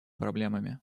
проблемами